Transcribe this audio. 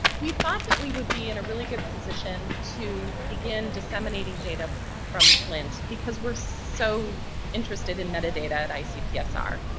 we thought that we would be in a really good position to begin disseminating data from flint because we're so interested in metadata at icpsr.